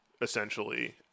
essentially